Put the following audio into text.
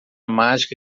mágica